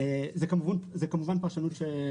אושר מי בעד סעיף 59?